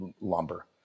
lumber